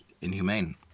inhumane